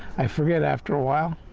i forget after a while.